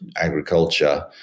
agriculture